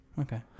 Okay